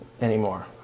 anymore